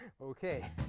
Okay